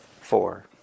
four